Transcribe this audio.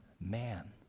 man